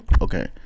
Okay